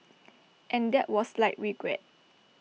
and that was like regret